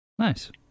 nice